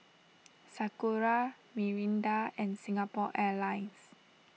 Sakura Mirinda and Singapore Airlines